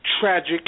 tragic